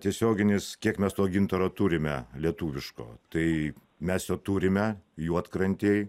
tiesioginis kiek mes to gintaro turime lietuviško tai mes jo turime juodkrantėj